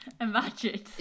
imagine